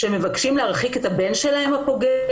שמבקשים להרחיק את הבן הפוגע,